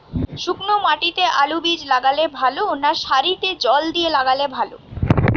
শুক্নো মাটিতে আলুবীজ লাগালে ভালো না সারিতে জল দিয়ে লাগালে ভালো?